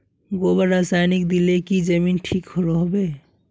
गोबर रासायनिक दिले की जमीन ठिक रोहबे?